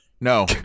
no